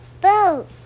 Boat